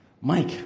Mike